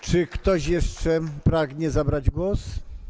Czy ktoś jeszcze pragnie zabrać głos?